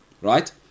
right